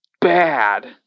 bad